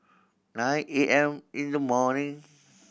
nine A M in the morning